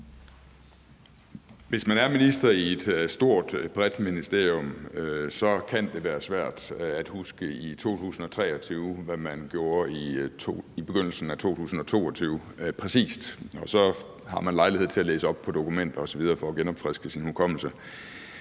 Hvis man er minister i et stort, bredt ministerium, kan det være svært præcis at huske i 2023, hvad man gjorde i begyndelsen af 2022, og så har man lejlighed til at læse op på dokumenter osv. for at genopfriske sin hukommelse.